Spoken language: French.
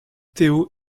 théo